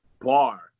bar